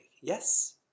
Yes